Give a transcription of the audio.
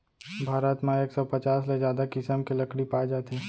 भारत म एक सौ पचास ले जादा किसम के लकड़ी पाए जाथे